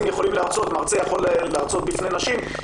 יכולים להרצות מרצה יכול להרצות בפני נשים,